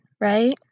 right